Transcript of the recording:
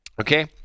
Okay